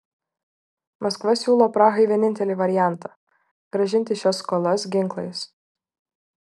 maskva siūlo prahai vienintelį variantą grąžinti šias skolas ginklais